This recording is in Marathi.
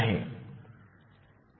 852 व्होल्ट आहे